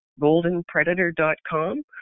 GoldenPredator.com